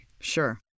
sure